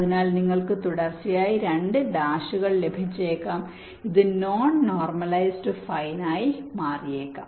അതിനാൽ നിങ്ങൾക്ക് തുടർച്ചയായി രണ്ട് ഡാഷുകൾ ലഭിച്ചേക്കാം ഇത് നോൺ നോർമലൈസ്ഡ് ഫൈൻ ആയി മാറിയേക്കാം